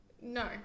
No